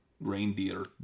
reindeer